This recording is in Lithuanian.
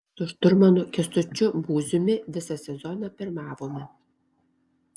su šturmanu kęstučiu būziumi visą sezoną pirmavome